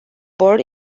born